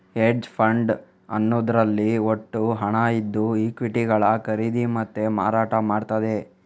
hedge fund ಅನ್ನುದ್ರಲ್ಲಿ ಒಟ್ಟು ಹಣ ಇದ್ದು ಈಕ್ವಿಟಿಗಳ ಖರೀದಿ ಮತ್ತೆ ಮಾರಾಟ ಮಾಡ್ತದೆ